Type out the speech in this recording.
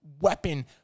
weapon